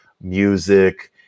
music